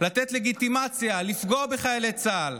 לתת לגיטימציה לפגוע בחיילי צה"ל,